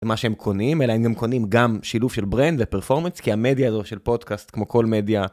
מה שהם קונים אלא הם גם קונים גם שילוב של ברנד ופרפורמנס כי המדיה הזו של פודקאסט כמו כל מדיה.